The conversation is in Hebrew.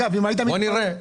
בואו נראה.